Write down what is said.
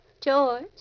George